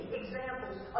examples